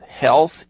Health